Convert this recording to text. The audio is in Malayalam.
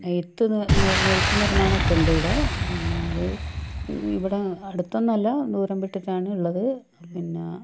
നെയ്ത്ത് നെയ്ത് നിർമ്മാണം ഒക്കെ ഉണ്ടിവിടെ പിന്നെ അത് ഇവിടെ അടുത്തൊന്നുമല്ല ദൂരം വിട്ടിട്ടാണ് ഉള്ളത് പിന്നേ